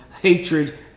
hatred